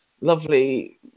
lovely